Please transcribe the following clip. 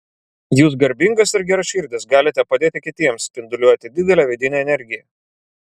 jūs garbingas ir geraširdis galite padėti kitiems spinduliuojate didelę vidinę energiją